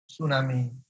tsunami